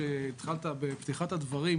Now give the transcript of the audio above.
שהתחלת בפתיחת הדברים.